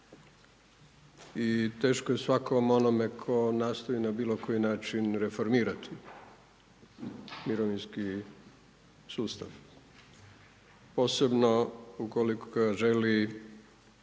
i teško je svakom onome tko nastoji na bilo koji način reformirat mirovinski sustav, posebno u koliko ga želi